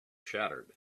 shattered